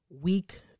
week